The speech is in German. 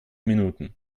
minuten